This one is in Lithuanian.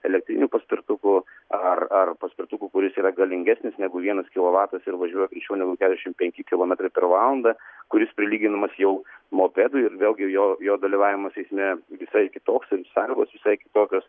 elektriniu paspirtuku ar ar paspirtuku kuris yra galingesnis negu vienas kilovatas ir važiuoja greičiau negu keturiasdešimt penki kilometrai per valandą kuris prilyginamas jau mopedų ir vėl gi jo jo dalyvavimas eisme visai kitoks ir sąlygos visai kitokios